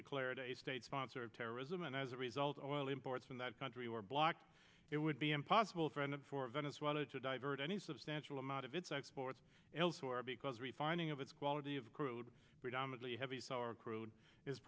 declared a state sponsor of terrorism and as a result of oil imports from that country or block it would be impossible friend of venezuela to divert any substantial amount of its exports elsewhere because we finding of its quality of crude predominantly heavy sour crude is